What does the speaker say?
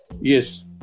Yes